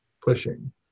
pushing